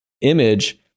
image